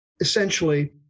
essentially